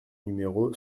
numéro